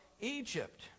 Egypt